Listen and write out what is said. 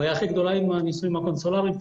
הבעיה הכי גדולה עם הנישואים הקונסולריים,